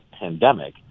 pandemic